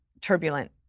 turbulent